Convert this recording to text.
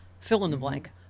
fill-in-the-blank